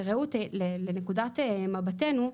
בראות לנקודת מבטינו,